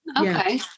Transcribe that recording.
Okay